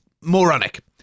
moronic